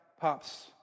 pops